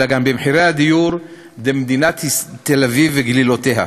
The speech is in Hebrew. אלא גם במחירי הדיור במדינת תל-אביב וגלילותיה.